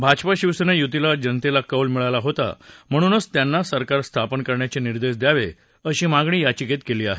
भाजपा शिवसेना युतीला जनतेचा कौल मिळाला होता म्हणून त्यांनाच सरकार स्थापन करण्याचे निर्देश द्यावे अशी मागणी याचिकेत केली आहे